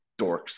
dorks